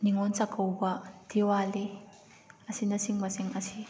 ꯅꯤꯉꯣꯜ ꯆꯥꯛꯀꯧꯕ ꯗꯤꯋꯥꯂꯤ ꯑꯁꯤꯅ ꯆꯤꯡꯕ ꯁꯤꯡ ꯑꯁꯤ